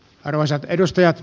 arvoisat edustajat